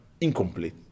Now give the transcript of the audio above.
incomplete